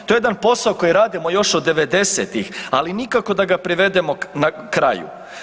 To je jedan posao koji radimo još od '90.-tih, ali nikako da ga privedemo kraju.